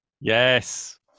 Yes